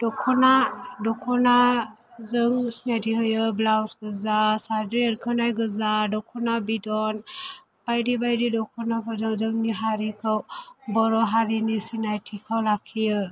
दख'ना दख'नाजों सिनायथि होयो ब्लाउस गोजा साद्रि एरखोनाय गोजा दख'ना बिदन बायदि बायदि दख'नाफोरजों जोंनि हारिखौ बर' हारिनि सिनायथिखौ लाखियो